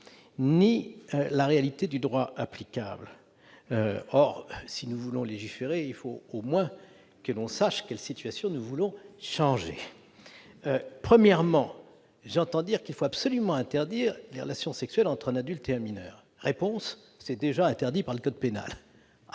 sur la réalité du droit applicable. Or, si l'on veut légiférer, il faut au moins que l'on sache quelle situation nous voulons changer. Premièrement, j'entends dire qu'il faut absolument interdire les relations sexuelles entre un adulte et un mineur. Mais cette interdiction figure déjà dans